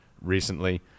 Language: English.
recently